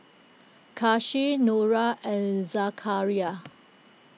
Kasih Nura and Zakaria